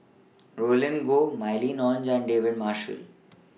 Roland Goh Mylene Ong and David Marshall